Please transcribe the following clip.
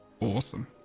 Awesome